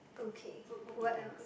okay what else